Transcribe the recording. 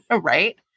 right